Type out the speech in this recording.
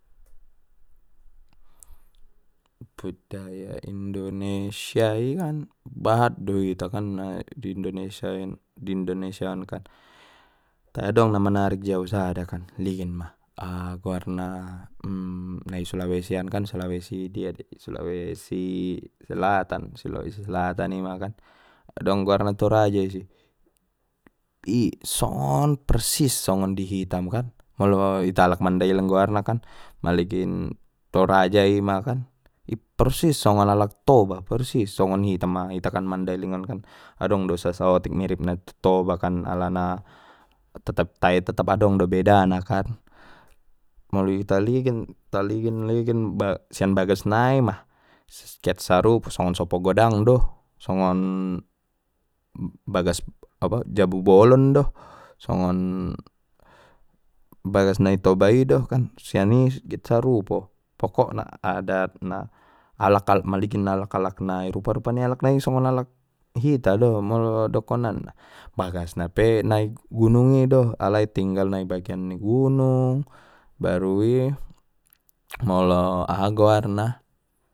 Budaya indonesia i kan bahat do ita kan na di indonesia-di indonesia on kan tai adong na menarik jau sadakan ligin ma aha goarna na i sulawesi an kan sulewesi dia dei sulawesi selatan sulawesi selatan ima kan adong goarna toraja i si i songon persis songon di hita kan molo ita alak mandailing goarna kan maligin toraja i ma kan i porsis songon alak toba persis songon hita hitakan mandailing on kan adong do sasaotik miripna tu tobakan alana tetap tae tetap adong do bedana kan molo ita ligin ta ligin-ligin ba sian bagas nai ma get sarupo songon sopo godang do songon bagas apa jabu bolon do songon bagas na itoba i do sian i get sarupo pokokna adat na alakna maligin alak-alak nai rupa rupa ni alak nai songon alak hita do molo dokonanna bagas na pe na i gunung i do alai tinggal nai ibagain ni gunung baru i molo aha goarna.